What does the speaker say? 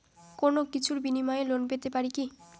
কোনো কিছুর বিনিময়ে লোন পেতে পারি কি?